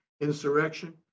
insurrection